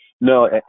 No